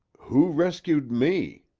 who rescued me?